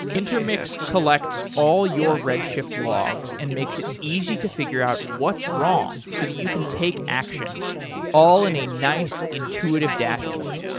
intermix collects all your redshift logs and makes it easy to figure out what's wrong so that you can take action all in a nice intuitive dashboard.